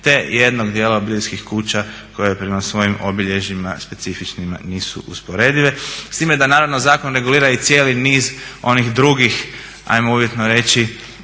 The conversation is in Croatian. te jednog dijela obiteljskih kuća koje prema svojim obilježjima specifičnim nisu usporedive. S time naravno da zakon regulira i cijeli niz onih drugih ajmo uvjetno reći